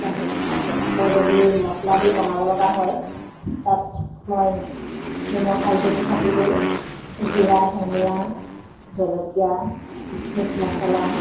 খোৱা হ'ল তাৰপিছত আকৌ যদি মচলা দি বনাবলগীয়া হয় তাত মই নিমখ হালধিটো থাকিবই জিৰা ধনিয়া জলকীয়া মিট মচলা